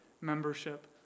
membership